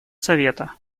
совета